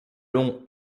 long